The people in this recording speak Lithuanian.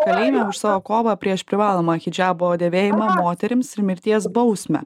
kalėjime už savo kovą prieš privalomą hidžabo dėvėjimą moterims ir mirties bausmę